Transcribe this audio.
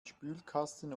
spülkasten